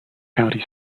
county